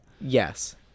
Yes